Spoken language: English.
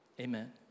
Amen